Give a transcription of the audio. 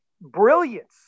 brilliance